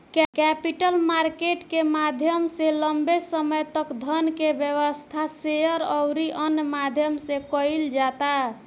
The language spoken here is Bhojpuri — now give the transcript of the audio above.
कैपिटल मार्केट के माध्यम से लंबे समय तक धन के व्यवस्था, शेयर अउरी अन्य माध्यम से कईल जाता